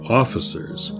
officers